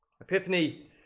Epiphany